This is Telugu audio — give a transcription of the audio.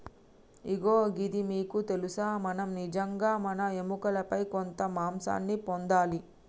ఇగో గిది మీకు తెలుసా మనం నిజంగా మన ఎముకలపై కొంత మాంసాన్ని పొందాలి